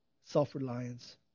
self-reliance